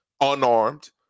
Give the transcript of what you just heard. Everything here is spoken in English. unarmed